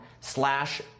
slash